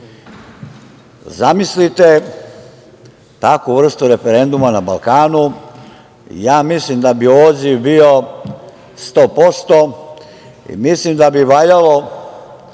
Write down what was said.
Zamislite takvu vrstu referenduma na Balkanu. Mislim da bi odziv bio sto posto i mislim da bi valjalo